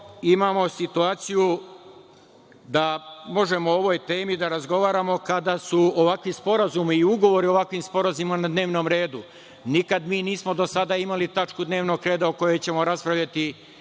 imamo situaciju da možemo o ovoj temi da razgovaramo kada su ovakvi sporazumi i ugovori o ovakvim sporazumima na dnevnom redu. Nikad mi nismo do sada imali tačku dnevnog reda o kojoj ćemo raspravljati